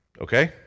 okay